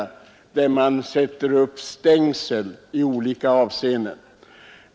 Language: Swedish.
Man sätter upp stängsel för vägarna.